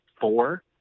four